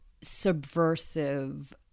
subversive